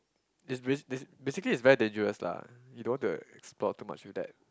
it's very this basically is very dangerous lah you don't want to explore too much with that